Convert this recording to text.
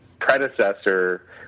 predecessor